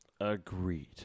Agreed